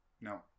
no